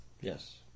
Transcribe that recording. yes